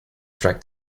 strike